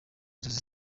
nzozi